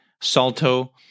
Salto